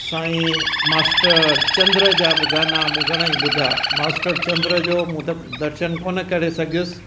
सांई master Chandra जा बि गाना मूं घणेई ॿुधा मास्टर चंद्र जो मूं त दर्शन कोन्ह करे सघियुसि